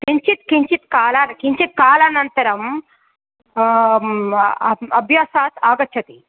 किञ्चित् किञ्चित् कालात् किञ्चित् कालानन्तरम् अभ्यासात् आगच्छति